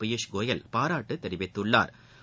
பியூஷ் கோயல் பாராட்டு தெரிவித்துள்ளாா்